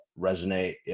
resonate